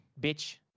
bitch